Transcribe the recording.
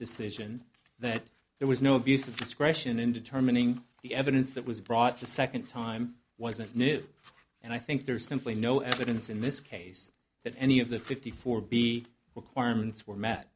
decision that there was no abuse of discretion in determining the evidence that was brought to second time wasn't new and i think there's simply no evidence in this case that any of the fifty four b requirements were m